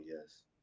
yes